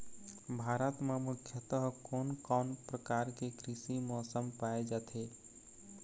भारत म मुख्यतः कोन कौन प्रकार के कृषि मौसम पाए जाथे?